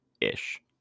ish